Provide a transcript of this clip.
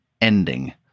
ending